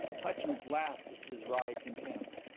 hutchins laughed his wry contempt.